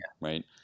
right